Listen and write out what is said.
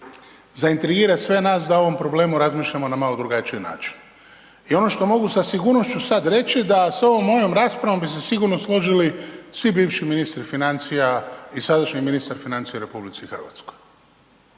zaintegrirati sve nas da o ovom problemu razmišljamo na malo drugačiji način. I ono što mogu sa sigurnošću sad reći da s ovom mojom raspravom bi se sigurno složili svi bivši ministri financija i sadašnji ministar financija u RH.